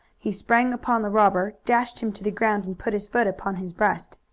he sprang upon the robber, dashed him to the ground and put his foot upon his breast.